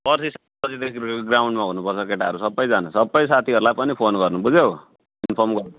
पर्सि सात बजीदेखि ग्राउन्डमा हुनुपर्छ केटाहरू सबैजना सबै साथीहरूलाई पनि फोन गर्नु बुझ्यौ इन्फर्म गर्नु